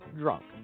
drunk